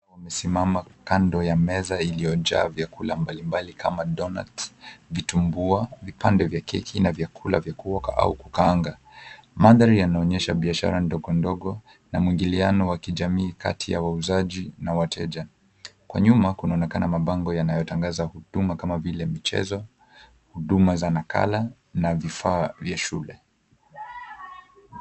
...wamesimama kando ya meza iliyojaa vyakula mbalimbali kama vile donut vitumbua, vipande vya keki na vyakula vya kuoka au kukaanga. Mandhari yanaonyesha biashara ndogo ndogo na mwingiliano wa kijamii kati ya wauzaji na wateja, kwa nyuma kunaonekana mabango yanayotangaza huduma kama vile michezo, huduma za nakala na vifaa vya shule.